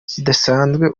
zidasanzwe